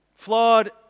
Flawed